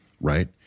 right